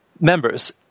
members